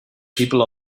people